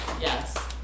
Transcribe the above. Yes